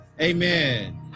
amen